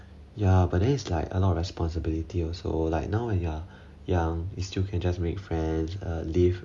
ya but then is like a lot of responsibility also like now when you are young is still can just make friends uh live